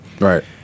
Right